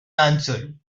answered